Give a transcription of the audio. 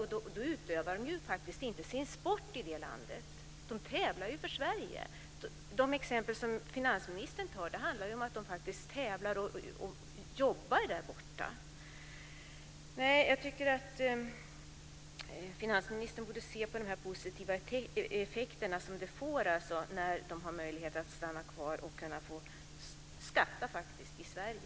Men de utövar faktiskt inte sin sport i det landet. De tävlar för Sverige. De exempel som finansministern tar upp handlar om att de faktiskt tävlar och jobbar i Jag tycker att finansministern borde se på de positiva effekterna av att elitidrottare har möjlighet att stanna kvar och faktiskt kunna få skatta i Sverige.